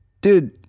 Dude